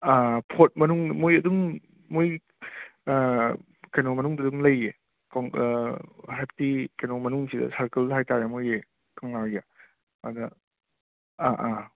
fort ꯃꯅꯨꯡ ꯃꯣꯏ ꯑꯗꯨꯝ ꯃꯣꯏꯒꯤ ꯀꯩꯅꯣ ꯃꯅꯨꯡꯗꯨꯗ ꯑꯗꯨꯝ ꯂꯩꯌꯦ ꯀꯣꯡ ꯍꯥꯏꯕꯗꯤ ꯀꯩꯅꯣ ꯃꯅꯨꯡꯁꯤꯗ ꯁꯥꯔꯀꯜ ꯍꯥꯏꯇꯥꯔꯦ ꯃꯣꯏꯒꯤ ꯀꯪꯂꯥꯒꯤ ꯑꯗ ꯑꯥ ꯑꯥ